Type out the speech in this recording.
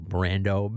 Brando